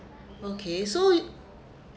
okay so